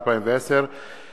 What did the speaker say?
הנני מתכבד להודיע,